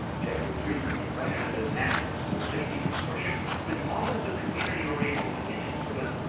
jeff was recently appointed to the national school safety consortium for the office of community oriented policing services,